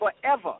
forever